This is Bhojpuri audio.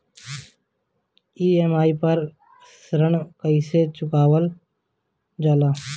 ई.एम.आई पर ऋण कईसे चुकाईल जाला?